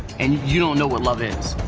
and you you don't know what love is.